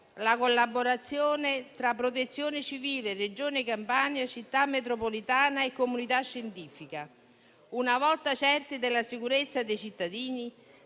la collaborazione tra Protezione civile, Regione Campania, Città metropolitana e comunità scientifica. Una volta certi della sicurezza dei cittadini,